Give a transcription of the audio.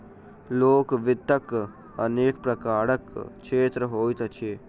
लोक वित्तक अनेक प्रकारक क्षेत्र होइत अछि